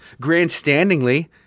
grandstandingly